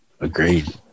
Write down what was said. Agreed